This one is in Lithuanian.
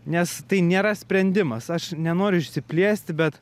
nes tai nėra sprendimas aš nenoriu išsiplėsti bet